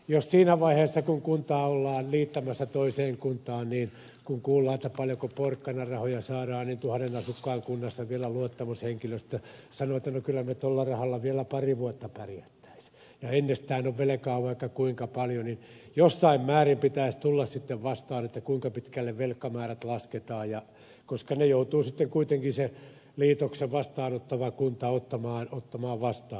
jos siinä vaiheessa kun kuntaa ollaan liittämässä toiseen kuntaan ja kun kuullaan paljonko porkkanarahoja saadaan niin tuhannen asukkaan kunnassa vielä luottamushenkilöstö sanoo että no kyllä me tuolla rahalla vielä pari vuotta pärjättäisiin ja ennestään on velkaa vaikka kuinka paljon niin jossain määrin pitäisi tulla vastaan siinä kuinka pitkälle velkamäärät lasketaan koska ne velat joutuu sitten kuitenkin sen liitoksen vastaanottava kunta ottamaan vastaan